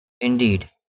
Indeed